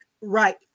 Right